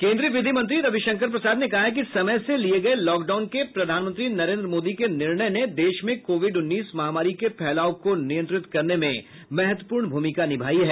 केन्द्रीय विधिमंत्री रविशंकर प्रसाद ने कहा है कि समय से लिए गए लॉकडाउन के प्रधानमंत्री नरेन्द्र मोदी के निर्णय ने देश में कोविड उन्नीस महामारी के फैलाव को नियंत्रित करने में महत्वपूर्ण भूमिका निभाई है